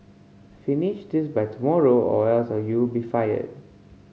finish this by tomorrow or else you be fired